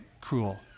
cruel